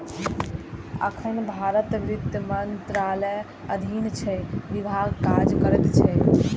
एखन भारतीय वित्त मंत्रालयक अधीन छह विभाग काज करैत छैक